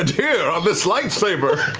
and here on this lightsaber!